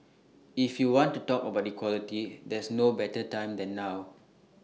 if you want to talk about equality there's no better time than now